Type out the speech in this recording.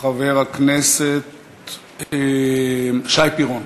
חבר הכנסת שי פירון.